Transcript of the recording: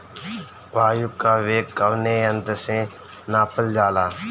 वायु क वेग कवने यंत्र से नापल जाला?